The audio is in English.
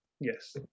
yes